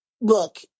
Look